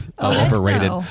Overrated